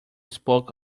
spoke